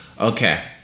Okay